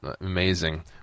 amazing